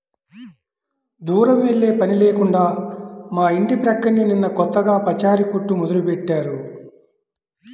దూరం వెళ్ళే పని లేకుండా మా ఇంటి పక్కనే నిన్న కొత్తగా పచారీ కొట్టు మొదలుబెట్టారు